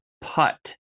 putt